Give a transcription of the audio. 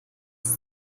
ist